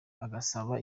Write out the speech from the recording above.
agasaba